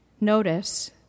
Notice